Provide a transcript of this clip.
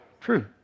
True